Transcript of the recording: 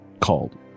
called